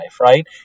right